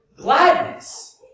gladness